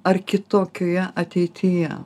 ar kitokioje ateityje